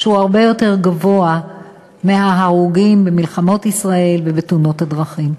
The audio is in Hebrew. שהוא הרבה יותר גבוה ממספר ההרוגים במלחמות ישראל ובתאונות הדרכים.